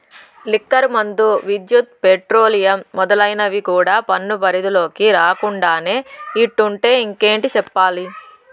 liquor మందు, విద్యుత్, petroleum మొదలైనవి కూడా పన్ను పరిధిలోకి రాకుండానే ఇట్టుంటే ఇంకేటి చెప్పాలి